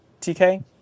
TK